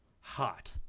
hot